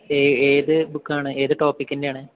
ഏത് ബുക്കാണ് ഏത് ടോപ്പിക്കിൻ്റെയാണ്